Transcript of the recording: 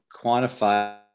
quantify